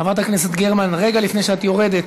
חברת הכנסת גרמן, רגע לפני שאת יורדת,